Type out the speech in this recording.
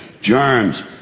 germs